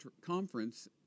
conference